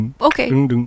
Okay